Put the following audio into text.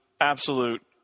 absolute